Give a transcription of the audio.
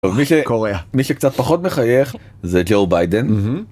מי שקורא מי שקצת פחות מחייך זה ג'ו ביידן.